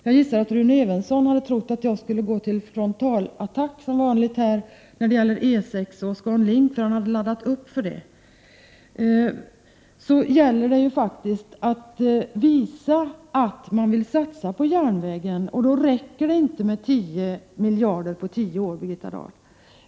Jag gissar att Rune Evensson hade trott att jag som vanligt skulle gå till frontalattack när det gäller E 6-an och ScanLink, för han hade laddat upp för det. Det gäller ju faktiskt att visa att man vill satsa på järnvägen. Då räcker det inte med 10 miljarder på tio år, Birgitta Dahl.